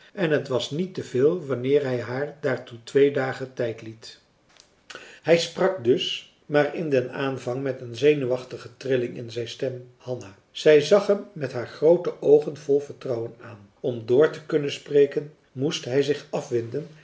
en het was niet te veel wanneer hij haar daartoe twee dagen tijd liet hij sprak dus maar in den aanvang met een zenuwachtige trilling in zijn stem hanna zij zag hem met haar groote oogen vol vertrouwen aan om door te kunnen spreken moest hij zich afwenden